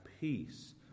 peace